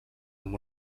amb